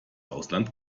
ausland